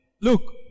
Look